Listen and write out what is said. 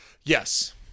Yes